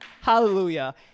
Hallelujah